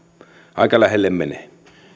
aika lähelle menee